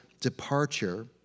departure